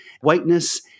Whiteness